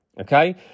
Okay